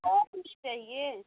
थोक में चाहिए